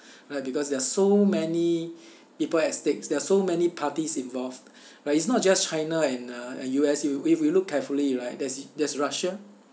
right because there are so many people at stake there are so many parties involved but it's not just china and uh and U_S you if you look carefully right there's there's russia